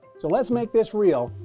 so let's make this real.